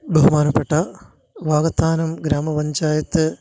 ബഹുമാനപ്പെട്ട വാകത്താനം ഗ്രാമപഞ്ചായത്ത്